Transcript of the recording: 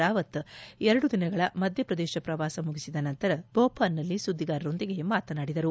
ರಾವತ್ ಎರಡು ದಿನಗಳ ಮಧ್ಯಪ್ರದೇಶ ಪ್ರವಾಸ ಮುಗಿಸಿದ ನಂತರ ಭೋಪಾಲ್ನಲ್ಲಿ ಸುದ್ದಿಗಾರರೊಂದಿಗೆ ಮಾತನಾಡಿದರು